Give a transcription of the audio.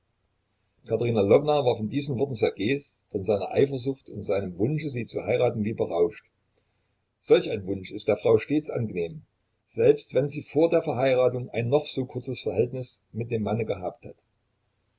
lwowna war von diesen worten ssergejs von seiner eifersucht und seinem wunsche sie zu heiraten wie berauscht solch ein wunsch ist der frau stets angenehm selbst wenn sie vor der verheiratung ein noch so kurzes verhältnis mit dem manne gehabt hat